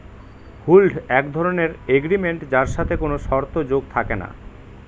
হুন্ড এক ধরনের এগ্রিমেন্ট যার সাথে কোনো শর্ত যোগ থাকে না